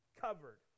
covered